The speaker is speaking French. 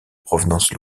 provenance